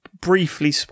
briefly